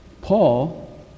Paul